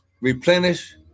Replenish